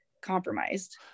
compromised